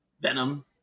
Venom